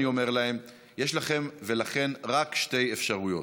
אני אומר להם: יש לכם ולכן רק שתי אפשרויות,